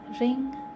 ring